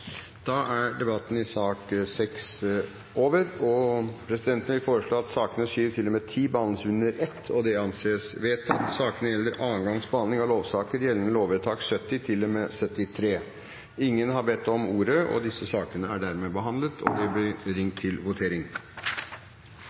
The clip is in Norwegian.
Da er debatten i sak nr. 6 avsluttet. Presidenten vil foreslå at sakene nr. 7–10 behandles under ett. – Det anses vedtatt. Sakene gjelder andre gangs behandling av lovsaker. Ingen har bedt om ordet til disse sakene. Da er Stortinget klar til å gå til votering.